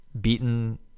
beaten